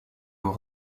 aux